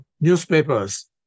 newspapers